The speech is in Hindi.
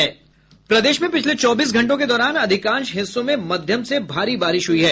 प्रदेश में पिछले चौबीस घंटों के दौरान अधिकांश हिस्सों में मध्यम से भारी बारिश हुई है